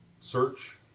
search